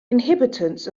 inhabitants